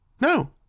no